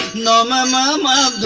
la la la la